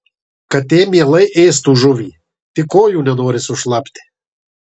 katė mielai ėstų žuvį tik kojų nenori sušlapti